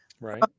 Right